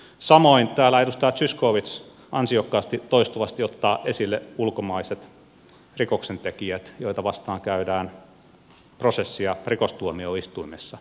samoin täällä edustaja zyskowicz ansiokkaasti toistuvasti ottaa esille ulkomaiset rikoksentekijät joita vastaan käydään prosessia rikostuomioistuimissa